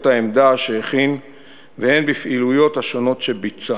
העמדה שהכין והן בפעילויות השונות שביצע.